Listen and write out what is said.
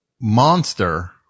monster